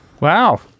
Wow